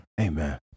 Amen